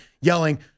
yelling